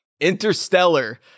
interstellar